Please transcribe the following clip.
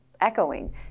echoing